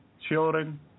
children